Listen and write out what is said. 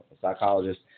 psychologist